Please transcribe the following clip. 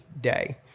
day